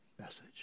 message